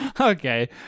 okay